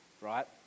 right